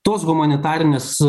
tos humanitarinės